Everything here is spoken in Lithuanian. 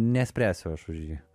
nespręsiu aš už jį